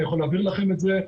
אני יכול להעביר לכם את זה.